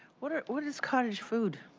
what ah what is cottage food?